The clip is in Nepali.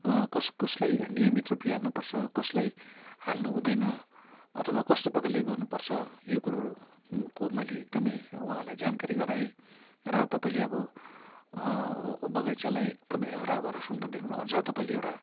कस कसलाई नियमित रूपले हाल्नुपर्छ कसलाई हाल्नुहुँदैन अथवा कस्तो प्रकारले गर्नुपर्छ यो कुरोहरूको मैले एकदमै उहाँलाई जानकारी गराएँ र तपाईँले अब बगैँचालाई एकदमै हराभरा सुन्दर देख्नु अझ तपाईँले एउटा